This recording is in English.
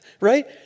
right